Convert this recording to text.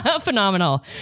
Phenomenal